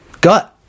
gut